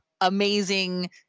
amazing